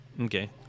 Okay